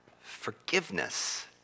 forgiveness